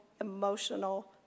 emotional